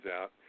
out